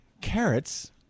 Carrots